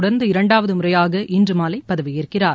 தொடர்ந்து இரண்டாவது முறையாக இன்று மாலை பதவியேற்கிறார்